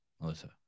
Melissa